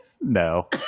No